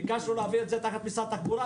ביקשנו להעביר את זה תחת משרד התחבורה,